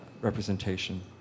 representation